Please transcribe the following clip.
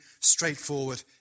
straightforward